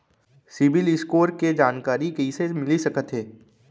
CIBIL score के जानकारी कइसे मिलिस सकथे?